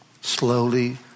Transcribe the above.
slowly